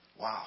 Wow